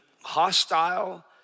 hostile